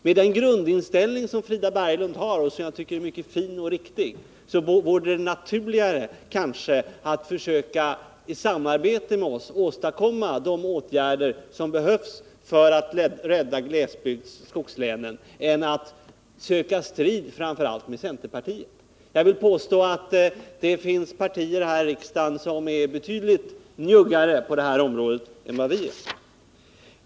Med den grundinställning som Frida Berglund har, och som jag tycker är mycket fin och riktig, vore det kanske naturligare av henne att i samarbete med oss åstadkomma de åtgärder som behövs för att rädda glesbygdsoch skogslänen än att söka strid med framför allt centerpartiet. Jag vill påstå att det finns partier här i riksdagen som är betydligt njuggare på det här området än vad vi är.